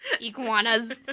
Iguanas